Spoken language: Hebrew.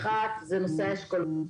אחת, זה נושא האשכול.